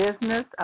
business